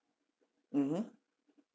mmhmm